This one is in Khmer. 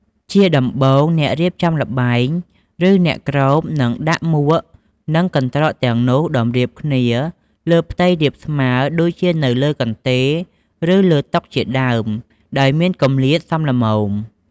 ជាដំបូង អ្នករៀបចំល្បែង ឬអ្នកគ្រប នឹងដាក់មួកនិងកន្ត្រកទាំងនោះតម្រៀបគ្នាលើផ្ទៃរាបស្មើ ដូចជានៅលើកន្ទេល ឬលើតុជាដើម ដោយមានគម្លាតសមល្មម។